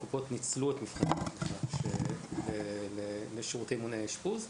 הקופות ניצלו את מבחני התמיכה לשירותים מונעי אשפוז,